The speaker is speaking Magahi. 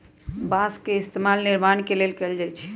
बास के इस्तेमाल निर्माण के लेल कएल जाई छई